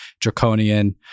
draconian